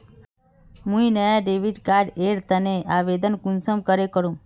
मुई नया debit card एर तने आवेदन कुंसम करे करूम?